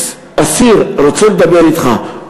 x, אסיר, רוצה לדבר אתך.